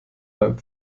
beim